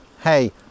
hey